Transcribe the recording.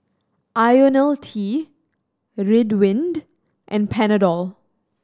Ionil T Ridwind and Panadol